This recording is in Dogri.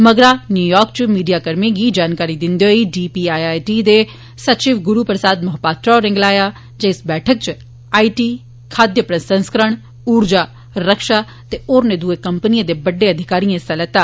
मगरा न्यूयार्क च मीडिया कर्मियें गी जानकारी दिंदे होई डीटीआईआईटी दे सचिव गुरू प्रसाद मोहपात्रा होरें गलाया जे इस बैठक च आईटी खाद्य प्रसंकरण ऊर्जा रक्षा ते होरने दूए कम्पनियें दे बड्डे अधिकारियें हिस्सा लैता